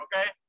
okay